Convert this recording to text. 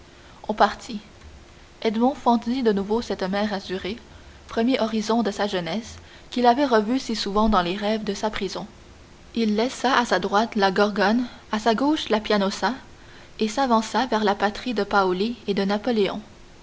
on partit edmond fendit de nouveau cette mer azurée premier horizon de sa jeunesse qu'il avait revu si souvent dans les rêves de sa prison il laissa à sa droite la gorgone à sa gauche la pianosa et s'avança vers la patrie de paoli et de napoléon